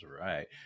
right